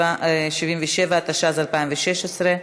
77), התשע"ז 2016,